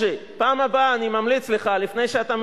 הקואליציה, הקואליציה.